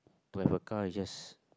to have a car is just